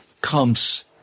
comes